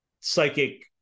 psychic